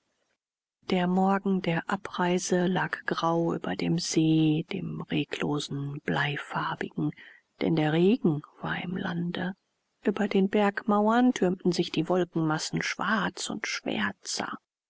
der morgen der abreise lag grau über dem see dem reglosen bleifarbigen denn der regen war im lande über den bergmauern türmten sich die wolkenmassen schwarz und schwärzer